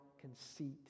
conceit